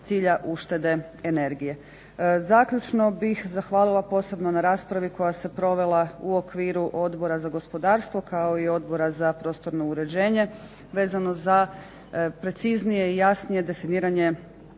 cilja uštede energije. Zaključno bih zahvalila posebno na raspravi koja se provela u okviru Odbora za gospodarstvo kao i Odbora za prostorno uređenje vezano za preciznije i jasnije definiranje